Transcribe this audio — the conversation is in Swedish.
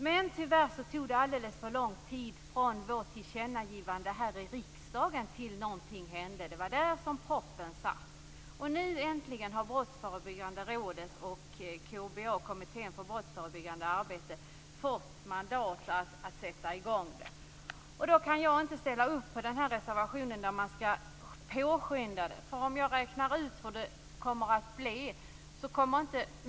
Men tyvärr tog det alldeles för lång tid från riksdagens tillkännagivande till dess att någonting hände. Det var där som proppen satt. Nu har Brottsförebyggande rådet och KBA, Kommittén för brottsförebyggande arbete, äntligen fått mandat att sätta i gång. Därför kan jag inte ställa mig bakom reservationen om att arbetet skall påskyndas.